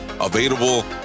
available